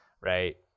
right